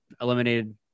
eliminated